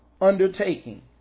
undertaking